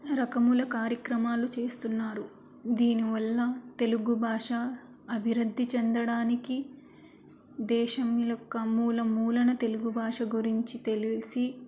రకముల కార్యక్రమాలు చేస్తున్నారు దీనివల్ల తెలుగు భాష అభివృద్ధి చెందడానికి దేశం యొక్క మూల మూలన తెలుగు భాష గురించి తెలిసి